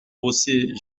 bosser